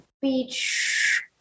beach